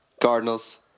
Cardinals